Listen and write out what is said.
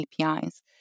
APIs